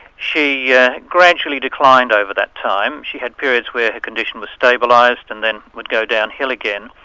she yeah gradually declined over that time, she had periods where her condition was stabilised and then would go downhill again.